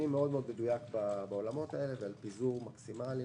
מדויק מאוד בעולמות האלה ועל פיזור מקסימלי.